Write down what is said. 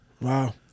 Wow